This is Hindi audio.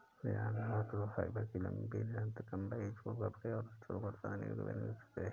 यार्न इंटरलॉक फाइबर की एक लंबी निरंतर लंबाई है, जो कपड़े और वस्त्रों के उत्पादन में उपयोग के लिए उपयुक्त है